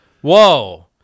Whoa